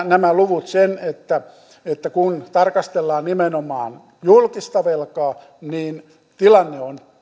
nämä luvut sen kun tarkastellaan nimenomaan julkista velkaa että tilanne on